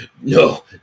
No